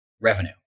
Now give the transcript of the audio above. revenue